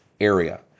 area